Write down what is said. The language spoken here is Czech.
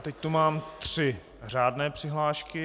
Teď tu mám tři řádné přihlášky.